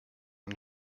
and